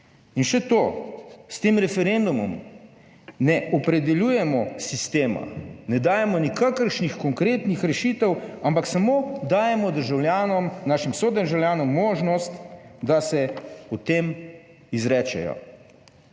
In še to; s tem referendumom ne opredeljujemo sistema, ne dajemo nikakršnih konkretnih rešitev, ampak samo dajemo državljanom, našim sodržavljanom možnost, da se o tem izrečejo.